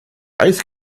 eis